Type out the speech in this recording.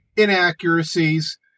inaccuracies